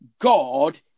God